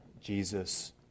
Jesus